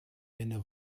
eine